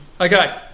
Okay